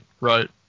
right